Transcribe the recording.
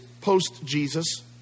post-Jesus